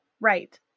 Right